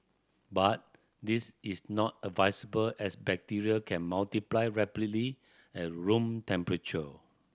but this is not advisable as bacteria can multiply rapidly at room temperature